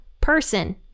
person